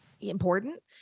important